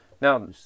Now